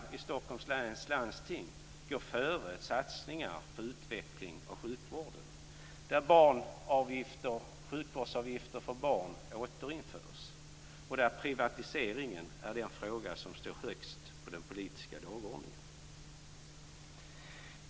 I Stockholms läns landsting går skattesänkningar före satsningar på utveckling av sjukvården. Där återinförs sjukvårdsavgifter för barn, och där är privatiseringen den fråga som står högst på den politiska dagordningen.